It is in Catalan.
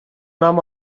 nom